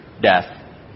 death